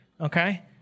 Okay